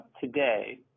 today